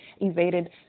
evaded